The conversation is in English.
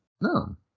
No